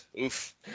Oof